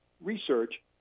research